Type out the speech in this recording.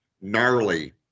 Gnarly